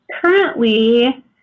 currently